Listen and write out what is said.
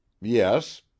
Yes